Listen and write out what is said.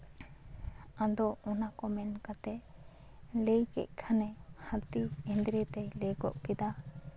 ᱟᱫᱚ ᱚᱱᱟ ᱠᱚ ᱢᱮᱱᱠᱟᱛᱮᱜ ᱞᱟᱹᱭ ᱠᱮᱜ ᱠᱷᱟᱱᱮ ᱦᱟᱹᱛᱤ ᱮᱫᱽᱨᱮ ᱛᱮᱭ ᱞᱟᱹᱭ ᱜᱚᱫ ᱠᱮᱫᱟ